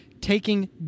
taking